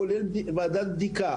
כולל ועדת בדיקה.